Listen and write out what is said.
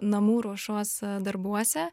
namų ruošos darbuose